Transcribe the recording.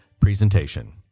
presentation